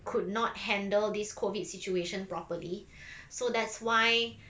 could not handle this COVID situation properly so that's why